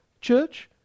Church